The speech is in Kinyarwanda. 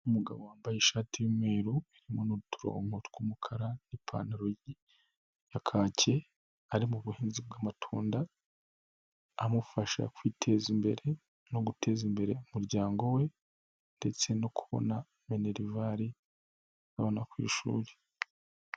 Umugabo wambaye ishati y'umweru irimo n'uturonko tw'umukara n'ipantaro ya kake ari mu buhinzi bw'amatunda, amufasha kwiteza imbere no guteza imbere umuryango we ndetse no kubona minerivari y'abana ku ishuri.